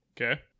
Okay